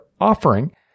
offering